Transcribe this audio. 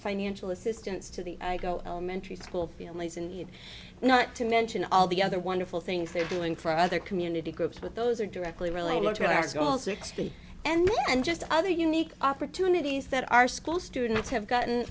financial assistance to the go elementary school field leagues in need not to mention all the other wonderful things they're doing for other community groups but those are directly related to our school sixty and just other unique opportunities that our school students have gotten